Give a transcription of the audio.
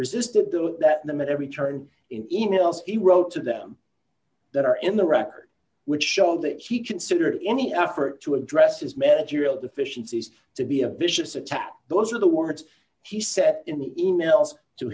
resisted doing that them and every turn in emails he wrote to them that are in the record which show that he considered any effort to address his met your real deficiencies to be a vicious attack those are the words he said in the emails to